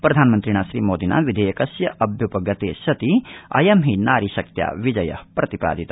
प्रधानमंत्रिणा श्रीमोदिना विधेयकस्य अभ्युपगते सति नारीशक्त्या विजय प्रतिपादित